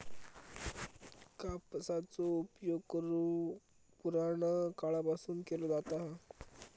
कापसाचो उपयोग पुराणकाळापासून केलो जाता हा